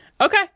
Okay